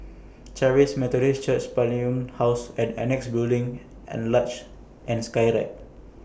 Charis Methodist Church House and Annexe Building and Luge and Skyride